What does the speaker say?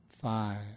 five